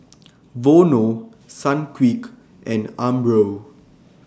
Vono Sunquick and Umbro